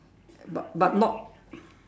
but but not